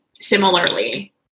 Similarly